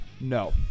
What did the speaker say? no